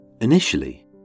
Initially